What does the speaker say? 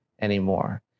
anymore